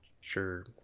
sure